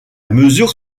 mesure